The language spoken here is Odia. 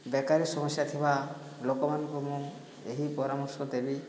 ବେକାରୀ ସମସ୍ୟା ଥିବା ଲୋକମାନଙ୍କୁ ମୁଁ ଏହି ପରାମର୍ଶ ଦେବି